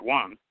one